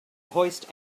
hoist